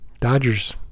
Dodgers